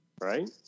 right